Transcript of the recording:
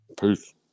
Peace